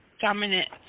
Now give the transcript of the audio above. dominant